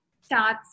starts